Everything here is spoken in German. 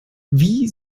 wie